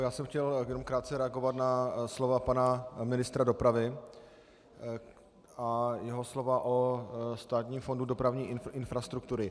Já jsem chtěl jenom krátce reagovat na slova pana ministra dopravy a jeho slova o Státním fondu dopravní infrastruktury.